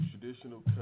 Traditional